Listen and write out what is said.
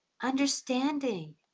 understanding